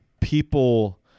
people